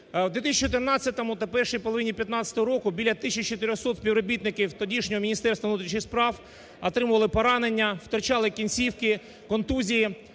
В 2014 та в першій половини 15-го року, біля 1400 співробітників тодішнього Міністерства внутрішніх справ отримували поранення, втрачали кінцівки, контузії